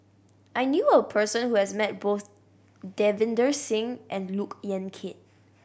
I knew a person who has met both Davinder Singh and Look Yan Kit